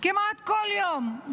כמעט כל יום,